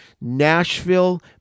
Nashville